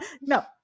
No